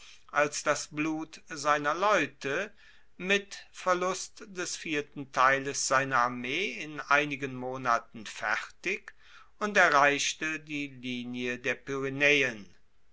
als das blut seiner leute mit verlust des vierten teiles seiner armee in einigen monaten fertig und erreichte die linie der pyrenaeen